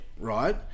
right